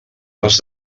les